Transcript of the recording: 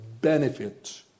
benefit